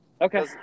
Okay